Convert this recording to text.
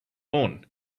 lawn